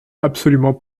absolument